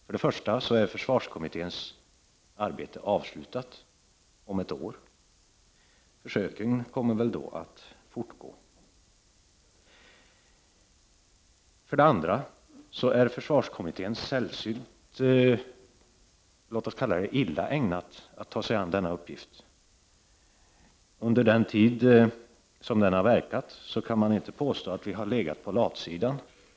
För det första är försvarskommitténs arbete avslutat om ett år, och försöken kommer väl att fortgå då. För det andra är försvarskommittén sällsynt illa ägnad att ta sig an denna uppgift. Man kan inte påstå att vi har legat på latsidan under den tid som vi har verkat i kommittén.